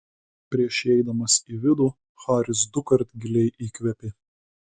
prieš įeidamas į vidų haris dukart giliai įkvėpė